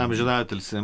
amžiną atilsį